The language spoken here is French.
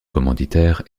commanditaire